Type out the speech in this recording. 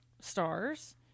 stars